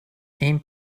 این